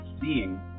seeing